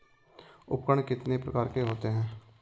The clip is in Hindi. उपकरण कितने प्रकार के होते हैं?